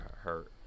hurt